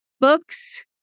books